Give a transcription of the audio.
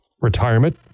retirement